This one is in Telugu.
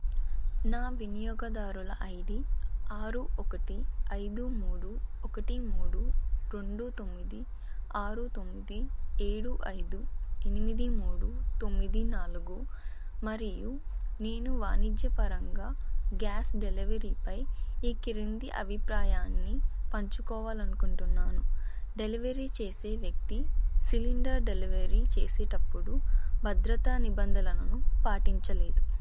నా వినియోగదారుల ఐడీ ఆరు ఒకటి ఐదు మూడు ఒకటి మూడు రెండు తొమ్మిది ఆరు తొమ్మిది ఏడు ఐదు ఎనిమిది మూడు తొమ్మిది నాలుగు మరియు నేను వాణిజ్య పరంగా గ్యాస్ డెలివరీపై ఈ క్రింది అభిప్రాయాన్ని పంచుకోవాలి అనుకుంటున్నాను డెలివరీ చేసే వ్యక్తి సిలిండర్ డెలివరీ చేసేటప్పుడు భద్రతా నిబంధలను పాటించలేదు